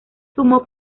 sumó